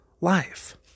life